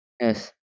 Yes